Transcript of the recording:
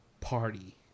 party